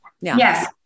yes